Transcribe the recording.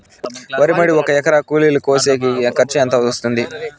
వరి మడి ఒక ఎకరా కూలీలు కోసేకి ఖర్చు ఎంత వస్తుంది?